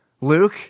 Luke